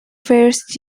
first